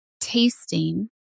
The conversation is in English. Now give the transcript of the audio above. tasting